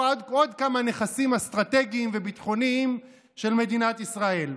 עוד כמה נכסים אסטרטגיים וביטחוניים של מדינת ישראל.